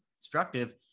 constructive